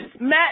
Matt